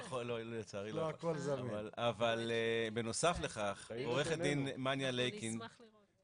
לא, אבל בנוסף לכך, עורכת הדין מניה לייקין,